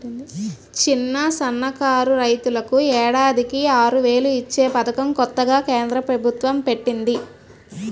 చిన్న, సన్నకారు రైతులకు ఏడాదికి ఆరువేలు ఇచ్చే పదకం కొత్తగా కేంద్ర ప్రబుత్వం పెట్టింది